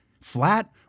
Flat